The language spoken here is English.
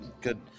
Good